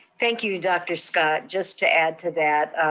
thank you, dr. scott. just to add to that,